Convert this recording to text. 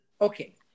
okay